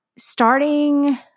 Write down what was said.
Starting